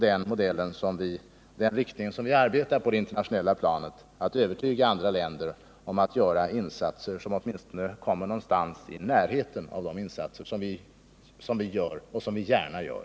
Det är förvisso i den riktningen som vi arbetar på det internationella planet — att övertyga andra länder om att göra insatser som åtminstone kommer någonstans i närheten av våra insatser, som vi gärna gör.